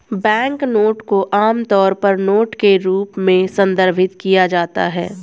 banknote को आमतौर पर नोट के रूप में संदर्भित किया जाता है